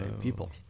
people